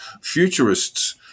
futurists –